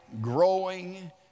growing